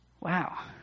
Wow